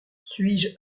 suis